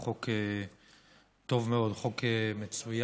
הוא חוק טוב מאוד, חוק מצוין,